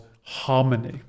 harmony